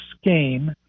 scheme